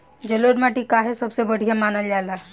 जलोड़ माटी काहे सबसे बढ़िया मानल जाला?